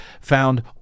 found